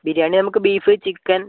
ബിരിയാണി നമുക്ക് beef chicken